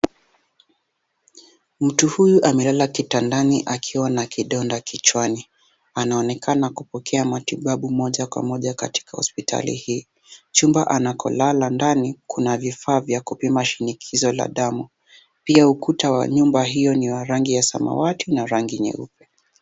Mtu huyu amelala kitandani akiwa na kidonda kichwani. Anaonekana kupokea matibabu moja kwa moja katika hospitali hii. Chumba anakolala ndani, kuna vifaa vya kupima shinikizo la damu. Pia ukuta wa nyumba hiyo, ni wa rangi ya samaki na rangi nyeupe.